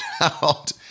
out